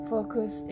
Focus